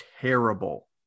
terrible